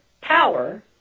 power